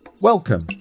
Welcome